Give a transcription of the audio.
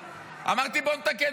אמרתי, בואו נתקן.